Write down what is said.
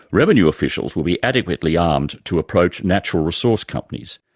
revenue officials will be adequately armed to approach natural resource companies.